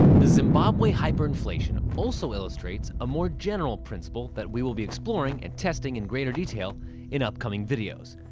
the zimbabwe hyperinflation also illustrates a more general principle that we will be exploring and testing in greater detail in upcoming videos.